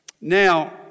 now